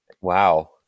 Wow